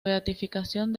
beatificación